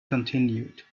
continued